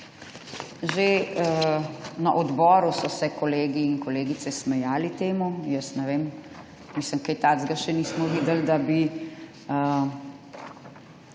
Že na odboru so se kolegi in kolegice smejali temu. Jaz ne vem… mislim, kaj takega še nismo videli, da bi